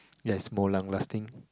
yeah it's more long lasting